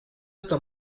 esta